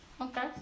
Okay